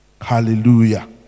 Hallelujah